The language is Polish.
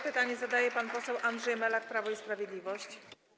Pytanie zadaje pan poseł Andrzej Melak, Prawo i Sprawiedliwość.